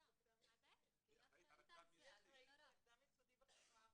אחראית על הקדם יסודי בחברה הערבית.